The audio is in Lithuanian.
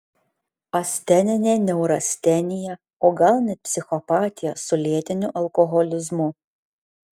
asteninė neurastenija o gal net psichopatija su lėtiniu alkoholizmu